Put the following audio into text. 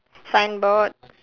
signboard